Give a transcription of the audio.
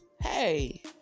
hey